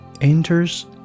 enters